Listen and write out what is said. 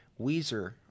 Weezer